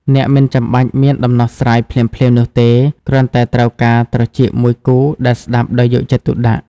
អ្នកមិនចាំបាច់មានដំណោះស្រាយភ្លាមៗនោះទេ គ្រាន់តែត្រូវការត្រចៀកមួយគូដែលស្តាប់ដោយយកចិត្តទុកដាក់។